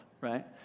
right